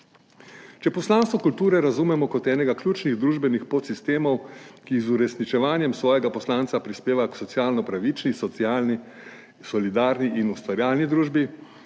Če poslanstvo kulture razumemo kot enega ključnih družbenih podsistemov, ki z uresničevanjem svojega poslanca prispeva k socialno pravični, socialni, solidarni in ustvarjalni družbi,